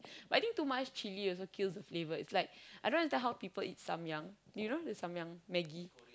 but I think too much chilli also kills the flavour like I don't under how people eat Samyang you know the Samyang maggi